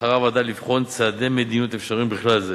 בחרה הוועדה לבחון צעדי מדיניות אפשריים, ובכלל זה